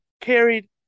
carried